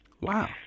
Wow